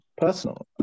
personal